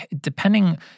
depending